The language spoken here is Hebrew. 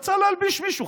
הוא רצה להלביש מישהו,